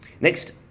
Next